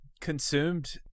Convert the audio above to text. consumed